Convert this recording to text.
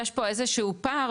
יש פה איזשהו פער,